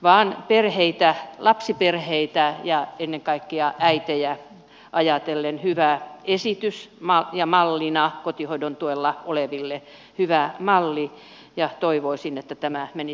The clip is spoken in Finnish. tämä on lapsiperheitä ja ennen kaikkea äitejä ajatellen hyvä esitys ja hyvä malli kotihoidon tuella oleville ja toivoisin että tämä menisi eteenpäin